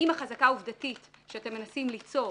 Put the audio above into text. האם החזקה עובדתית שאתם מנסים ליצור